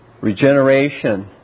regeneration